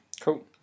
Cool